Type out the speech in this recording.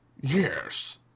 Yes